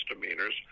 misdemeanors